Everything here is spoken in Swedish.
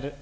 Den